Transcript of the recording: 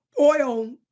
oil